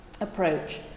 approach